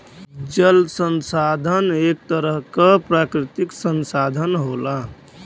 जल संसाधन एक तरह क प्राकृतिक संसाधन होला